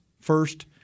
first –